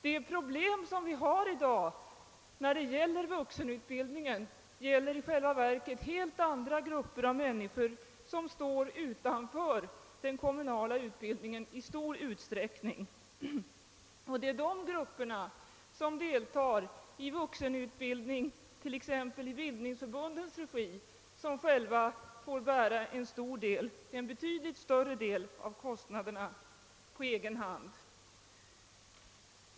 De problem som vi har i dag beträffande vuxenutbildningen gäller i själva verket helt andra grupper, människor som i stor utsträckning står utanför den kommunala utbildningen. De grupperna, som deltar i vuxenutbildningen t.ex. i bildningsförbundens regi, får bära en betydligt större del av kostnaderna själva.